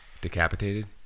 Decapitated